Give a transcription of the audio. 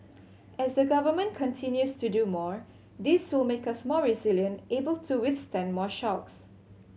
as the Government continues to do more this will make us more resilient able to withstand more shocks